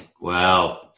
Wow